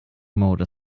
mode